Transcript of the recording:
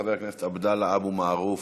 חבר הכנסת עבדאללה אבו מערוף,